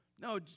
No